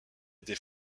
été